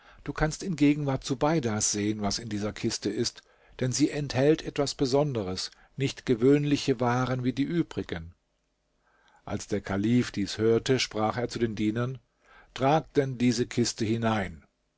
du kannst in gegenwart zubeidas sehen was in dieser kiste ist denn sie enthält etwas besonderes nicht gewöhnliche waren wie die übrigen als der kalif dies hörte sprach er zu den dienern tragt denn diese kiste hinein